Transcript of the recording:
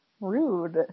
rude